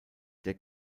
der